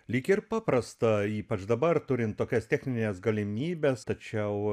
lyg ir paprasta ypač dabar turint tokias technines galimybes tačiau